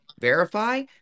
verify